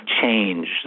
change